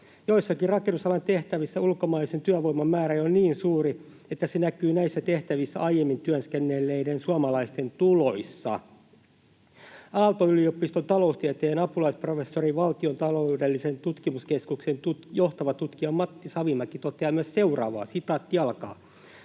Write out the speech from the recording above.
Joissakin rakennusalan tehtävissä ulkomaisen työvoiman määrä on jo niin suuri, että se näkyy näissä tehtävissä aiemmin työskennelleiden suomalaisten tuloissa. Aalto-yliopiston taloustieteen apulaisprofessori, Valtion taloudellisen tutkimuskeskuksen johtava tutkija Matti Sarvimäki toteaa myös seuraavaa: ”Ne suomalaiset